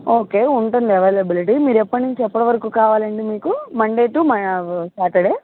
okay ఉంటుంది availability మీరు ఎప్పటి నుంచి ఎప్పటివరకు కావాలండి మీకు మండే టు సాాటర్డే